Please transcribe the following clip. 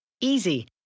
Easy